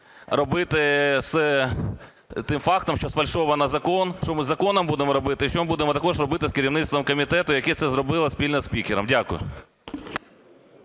робити з тим фактом, що сфальшований закон? Що ми з законом будемо робити? І що ми будемо також робити з керівництвом комітету, яке це зробило спільно з спікером? Дякую.